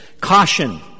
caution